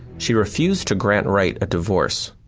she refused to grant wright a divorce.